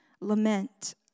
lament